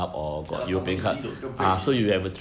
ya lah 他们已经有这个 break in